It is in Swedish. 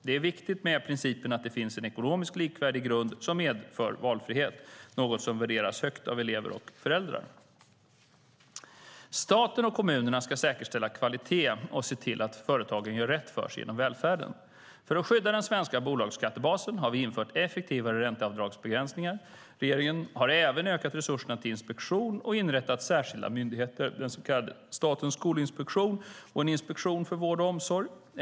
Det är viktigt med principen att det finns en ekonomiskt likvärdig grund som medför valfrihet, något som värderas högt av elever och föräldrar. Staten och kommunerna ska säkerställa kvalitet och se till att företagen gör rätt för sig inom välfärden. För att skydda den svenska bolagsskattebasen har vi infört effektivare ränteavdragsbegränsningar. Regeringen har även ökat resurserna till inspektion och inrättat särskilda myndigheter, bland annat Statens skolinspektion och Inspektionen för vård och omsorg.